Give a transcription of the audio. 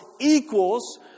equals